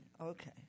Okay